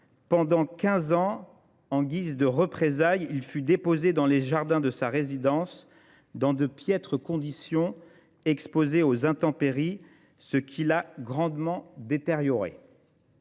Pendant 15 ans, en guise de représailles, il fut déposé dans les jardins de sa résidence, dans de piètre condition, exposé aux intempéries, ce qui l'a grandement détérioré.